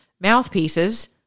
mouthpieces